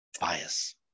Bias